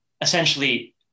essentially